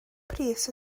pris